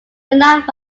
finite